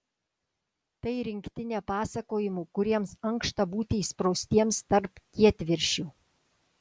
tai rinktinė pasakojimų kuriems ankšta būti įspraustiems tarp kietviršių